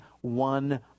one